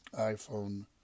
iPhone